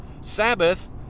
Sabbath